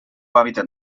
hàbitat